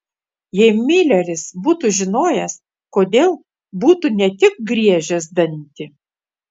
jei mileris būtų žinojęs kodėl būtų ne tik griežęs dantį